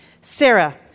Sarah